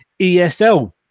ESL